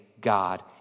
God